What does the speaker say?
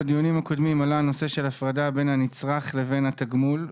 בדיונים הקודמים עלה הנושא של הפרדה בין הנצרך לבין התגמול.